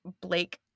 blake